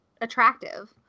attractive